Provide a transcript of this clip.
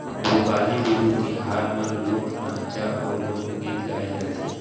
भोगाली बिहू तिहार म लोक नाचा अउ लोकगीत गाए जाथे